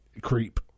Creep